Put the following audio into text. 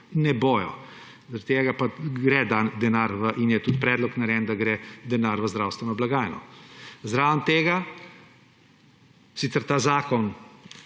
Ne bojo. Zaradi tega pa gre denar in je tudi predlog narejen, da gre denar v zdravstveno blagajno. Sicer ta zakon